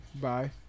Bye